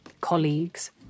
colleagues